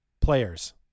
players